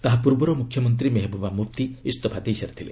ତାହା ପୂର୍ବରୁ ମୁଖ୍ୟମନ୍ତ୍ରୀ ମେହବୁବା ମୁଫ୍ତି ଇସ୍ତଫା ଦେଇ ସାରିଥିଲେ